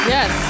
Yes